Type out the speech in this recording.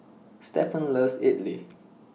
Stephon loves Idili